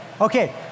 Okay